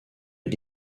est